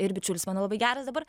ir bičiulis mano labai geras dabar